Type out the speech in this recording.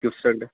చూస్తుంటే